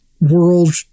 world